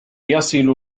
يصل